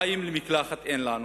מים למקלחת אין לנו.